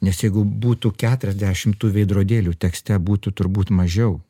nes jeigu būtų keturiasdešim tų veidrodėlių tekste būtų turbūt mažiau